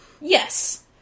Yes